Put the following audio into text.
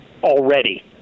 already